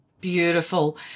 Beautiful